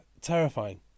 terrifying